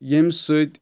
ییٚمہِ سۭتۍ